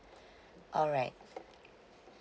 alright